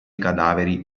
cadaveri